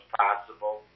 possible